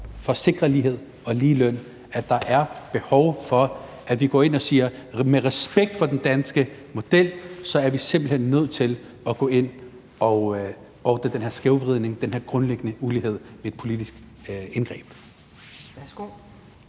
for at sikre lighed og lige løn er behov for, at vi med respekt for den danske model siger, at vi simpelt hen er nødt til at gå ind og ordne den her skævvridning, den her grundlæggende ulighed ved et politisk indgreb? Kl.